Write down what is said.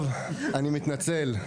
אני מתנצל.